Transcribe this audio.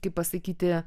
kaip pasakyti